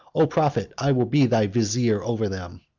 o prophet, i will be thy vizier over them.